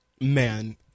man